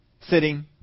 sitting